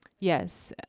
yes.